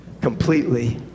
completely